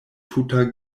tuta